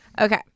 Okay